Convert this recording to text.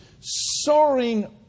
soaring